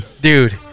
Dude